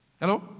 Hello